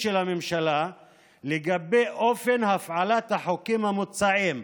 של הממשלה לגבי אופן הפעלת החוקים המוצעים.